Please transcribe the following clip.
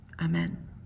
Amen